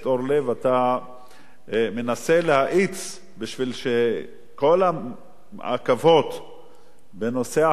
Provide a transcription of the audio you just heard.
אתה מנסה להאיץ בשביל שכל העכבות בנושא החקיקה